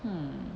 hmm